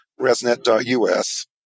resnet.us